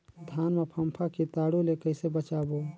धान मां फम्फा कीटाणु ले कइसे बचाबो?